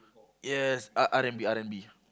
yes R R-and-B R-and-B